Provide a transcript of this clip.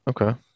Okay